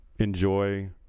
enjoy